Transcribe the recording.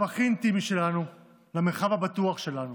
למרחב הכי אינטימי שלנו, למרחב הבטוח שלנו,